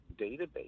database